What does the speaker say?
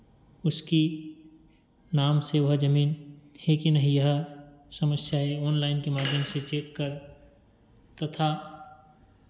उसकी नाम से वह ज़मीन है कि नहीं यह समस्याएं ऑनलाइन के माध्यम से चेक कर तथा